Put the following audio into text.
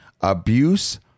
abuse